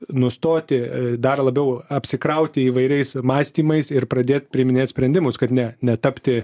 nustoti e dar labiau apsikrauti įvairiais mąstymais ir pradėt priiminėt sprendimus kad ne netapti